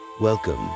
Welcome